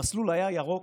המסלול היה ירוק,